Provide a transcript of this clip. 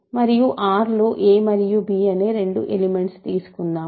మరియు R లో a మరియు b అనే రెండు ఎలిమెంట్స్ తీసుకుందాం